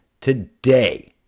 Today